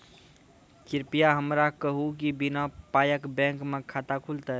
कृपया हमरा कहू कि बिना पायक बैंक मे खाता खुलतै?